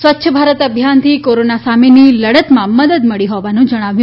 સ્વચ્છ ભારત અભિયાનથી કોરોના સામેની લડતમાં મદદ મળી હોવાનું જણાવ્યું